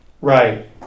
Right